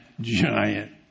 giant